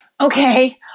Okay